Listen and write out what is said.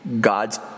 God's